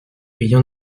rien